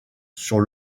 sur